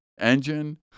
engine